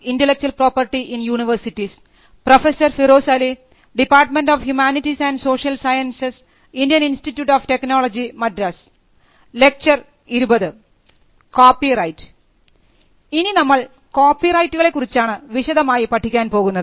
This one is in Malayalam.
ഇനി നമ്മൾ കോപ്പിറൈറ്റുകളെ കുറിച്ചാണ് വിശദമായി പഠിക്കാൻ പോകുന്നത്